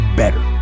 better